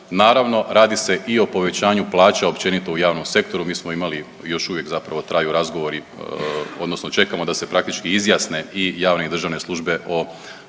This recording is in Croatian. Naravno radi se i o povećanju plaća općenito u javnom sektoru. Mi smo imali i još uvijek zapravo traju razgovori, odnosno čekamo da se praktički izjasne i javne i državne službe o finalnoj